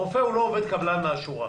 הרופא הוא לא עובד קבלן מן השורה.